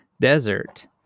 desert